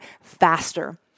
faster